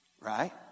right